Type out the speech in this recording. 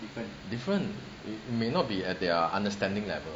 different may not be at their understanding level